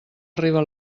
arriba